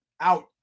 Out